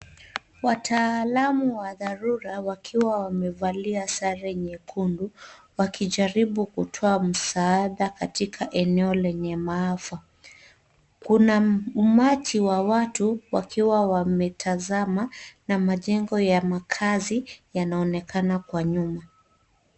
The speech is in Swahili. Wataalamu wa dharura wakiwa wamevalia sare nyekundu wakijaribu kutoa msaada katika eneo lenye maafa, Kuna umati wa watu wakiwa wametazama na majengo ya makazi yanaonekana kwa nyuma.